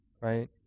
right